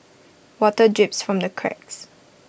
water drips from the cracks